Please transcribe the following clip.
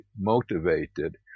motivated